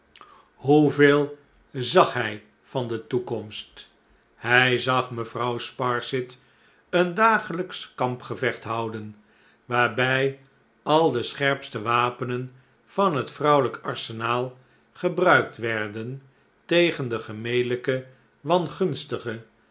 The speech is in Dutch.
hoeveel zag hij van de toekomst hij zag mevrouw sparsit een dagelijksch kampgevecht houden waarbij al de scherpste wapenen van het vrouwelijk arsenaal gebruikt werden tegen de gemelijke wangunstige